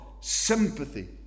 sympathy